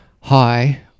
hi